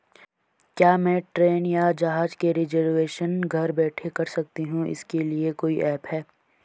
क्या मैं ट्रेन या जहाज़ का रिजर्वेशन घर बैठे कर सकती हूँ इसके लिए कोई ऐप है?